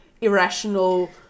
irrational